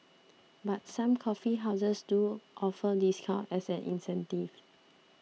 but some coffee houses do offer discounts as an incentive